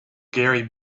gary